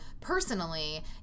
personally